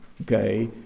okay